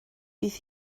bydd